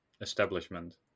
establishment